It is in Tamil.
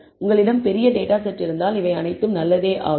உங்களிடம் பெரிய டேட்டா செட் இருந்தால் இவை அனைத்தும் நல்லதே ஆகும்